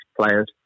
players